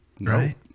Right